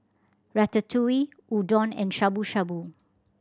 Ratatouille Udon and Shabu Shabu